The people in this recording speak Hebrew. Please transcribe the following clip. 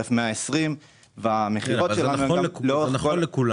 שוטף 120. זה נכון לכולם,